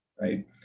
right